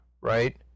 right